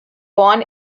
born